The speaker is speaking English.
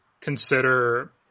consider